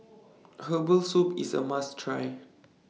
Herbal Soup IS A must Try